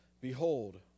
behold